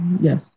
Yes